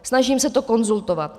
Snažím se to konzultovat.